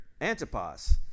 Antipas